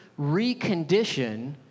recondition